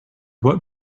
what